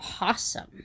awesome